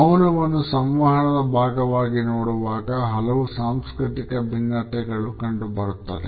ಮೌನವನ್ನು ಸಂವಹನದ ಭಾಗವಾಗಿ ನೋಡುವಾಗ ಹಲವು ಸಾಂಸ್ಕೃತಿಕ ಭಿನ್ನತೆಗಳು ಕಂಡುಬರುತ್ತದೆ